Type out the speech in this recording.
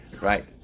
right